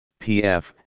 PF